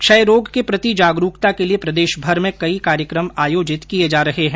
क्षय रोग के प्रति जागरूकता के लिये प्रदेशभर में कई कार्यक्रम आयोजित किये जा रहे हैं